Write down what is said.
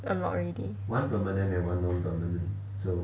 a lot already